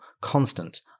constant